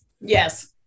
Yes